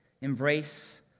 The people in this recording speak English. embrace